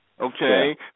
Okay